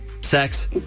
sex